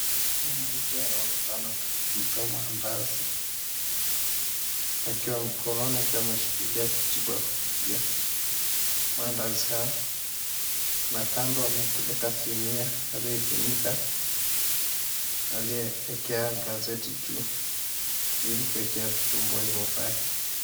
Mwanamke anaonekana kupika maandazi mkononi akwiwa ameshikilia kijiko cha kupikia maandazi haya na kando alioweka sinia ilio finika na aliweka gazeti juu ili kuwekea vitumbua vake.